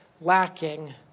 lacking